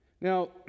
Now